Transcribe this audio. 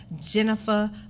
Jennifer